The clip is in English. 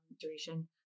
duration